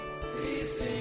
Please